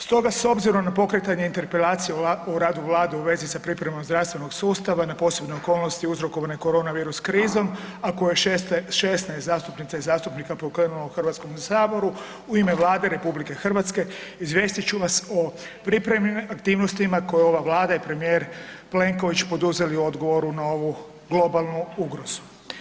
Stoga s obzirom na pokretanje interpelacije o radu Vladu u vezi sa pripremom zdravstvenog sustava na posebne okolnosti uzrokovane korona virus krizom, a koju je 16 zastupnica i zastupnika pokrenulo u Hrvatskom saboru u ime Vlade RH izvijestiti ću vas o pripremljenim aktivnostima koje je ova Vlada i premijer Plenković poduzeli u odgovoru na ovu globalnu ugrozu.